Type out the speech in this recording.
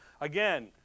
Again